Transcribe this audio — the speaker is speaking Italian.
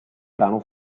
brano